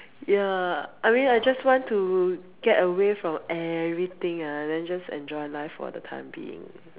ya I mean I just want to get away from everything ah then just enjoy life for the time being